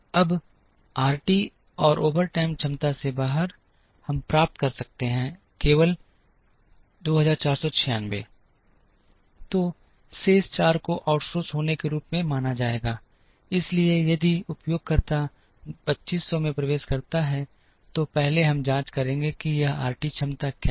अब आरटी और ओटी क्षमता से बाहर हम प्राप्त कर सकते हैं केवल 2496 तो शेष 4 को आउटसोर्स होने के रूप में माना जाएगा इसलिए यदि उपयोगकर्ता 2500 में प्रवेश करता है तो पहले हम जांच करेंगे कि यह आरटी क्षमता क्या है